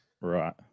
Right